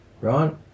right